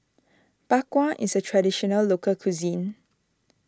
Bak Kwa is a Traditional Local Cuisine